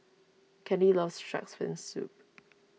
Kandy loves Shark's Fin Soup